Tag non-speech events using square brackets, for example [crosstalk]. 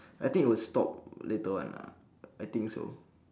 [breath] I think it will stop later on lah I think so